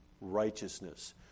righteousness